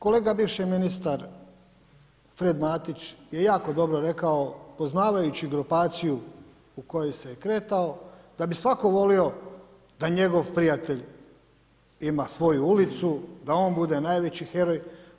Kolega bivši ministar Fred Matić je jako dobro rekao, poznavajući grupaciju u kojoj se kretao, da bi svatko volio da njegov prijatelj ima svoju ulicu, da on bude najveći heroj.